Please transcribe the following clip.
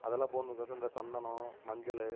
அதெல்லாம் போகணும் கோசரம் இந்த சந்தனம் மஞ்சள்